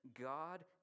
God